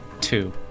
Two